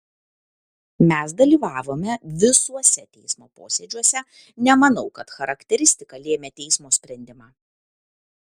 mes dalyvavome visuose teismo posėdžiuose nemanau kad charakteristika lėmė teismo sprendimą